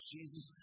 Jesus